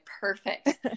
perfect